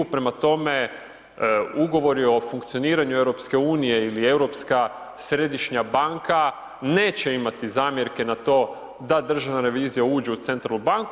Prema tome, ugovor o funkcioniranju EU ili europska središnja banka, neće imati zamjerke na to, da Državna revizija uđe u Centralnu banku.